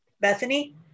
Bethany